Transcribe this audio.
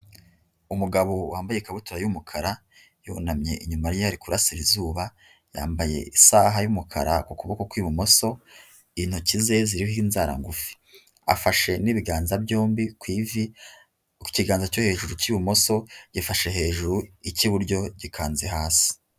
Umugabo wambaye ikabutura y'umukara yunamye inyuma ye hari kurasirazuba, yambaye isaha y'umukara, ukuboko kw'ibumoso intoki ze ziho inzara ngufi, afashe n'ibiganza byombi ku ivi ku kiganza cyo hejuru k'ibumoso yafashe hejuru ik'iburyo gikanze hasi.